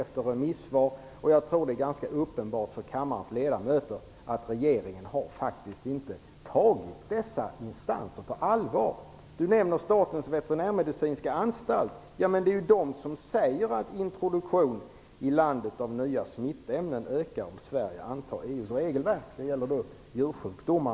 Jag tror att det är ganska uppenbart för kammarens ledamöter att regeringen faktiskt inte har tagit dessa instanser på allvar. Karl Erik Olsson nämnde Statens veterinärmedicinska anstalt. Det är just den som säger att introduktion i landet av nya smittämnen ökar om Sverige antar EU:s regelverk. I detta fall avsågs djursjukdomar.